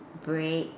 bread